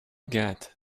get